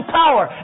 power